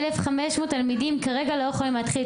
1,500 תלמידים כרגע לא יכולים להתחיל את